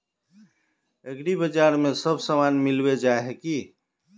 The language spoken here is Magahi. एग्रीबाजार में सब सामान मिलबे जाय है की?